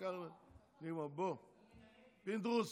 פינדרוס,